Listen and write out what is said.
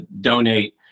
donate